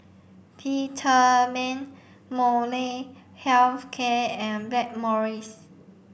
Peptamen Molnylcke health care and Blackmores